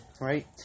Right